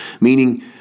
meaning